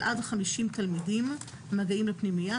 של עד 50 תלמידים המגיעים לפנימייה,